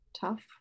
tough